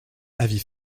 avis